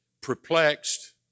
perplexed